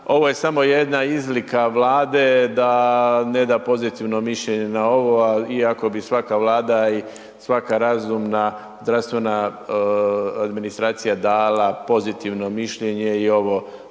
Ovo je samo jedna izlika Vlade da ne da pozitivno mišljenje na ovo iako bi svaka Vlada i svaka razumna zdravstvena administracija dala pozitivno mišljenje i ovo